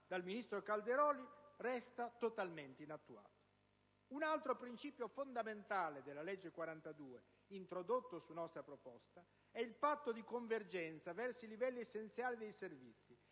dal ministro Calderoli, resta totalmente inattuato. Un altro principio fondamentale della legge n. 42, introdotto su nostra proposta, è il patto di convergenza verso i livelli essenziali dei servizi,